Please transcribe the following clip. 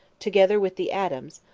together with the adams,